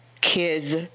kids